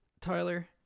Tyler